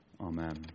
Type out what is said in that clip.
Amen